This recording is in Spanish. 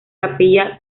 capilla